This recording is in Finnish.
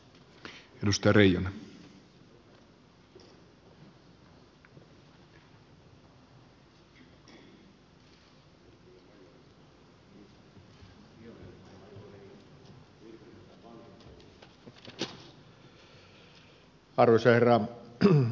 arvoisa herra puhemies